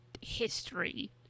history